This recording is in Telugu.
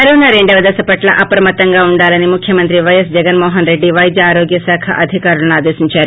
కరోనా రెండవ దశ పట్ల అప్రమత్తంగా ఉండాలని ముఖ్యమంత్రి పైఎస్ జగన్మోహనరెడ్డి పైద్య ఆరోగ్య శాఖ అధికారులను ఆదేశించారు